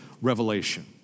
revelation